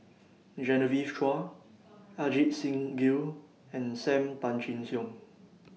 Genevieve Chua Ajit Singh Gill and SAM Tan Chin Siong